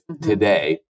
today